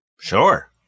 Sure